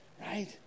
right